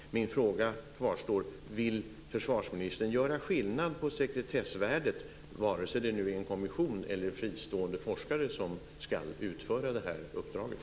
Min fråga kvarstår. Vill försvarsministern göra skillnad på sekretessvärdet beroende på om det är en kommission eller fristående forskare som ska utföra uppdraget?